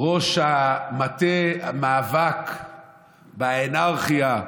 ראש מטה המאבק באנרכיה,